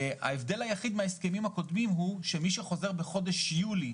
ההבדל היחידי מההסכמים הוא שמי שחוזר בחודש יולי,